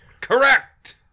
Correct